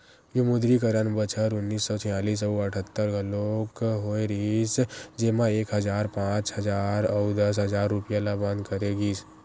विमुद्रीकरन बछर उन्नीस सौ छियालिस अउ अठत्तर घलोक होय रिहिस जेमा एक हजार, पांच हजार अउ दस हजार रूपिया ल बंद करे गिस